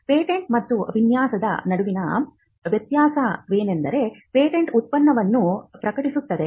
patent ಮತ್ತು ವಿನ್ಯಾಸದ ನಡುವಿನ ವ್ಯತ್ಯಾಸವೆಂದರೆ ಪೇಟೆಂಟ್ ಉತ್ಪನ್ನವನ್ನು ಪ್ರಕಟಿಸುತ್ತದೆ